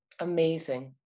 Amazing